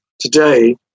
today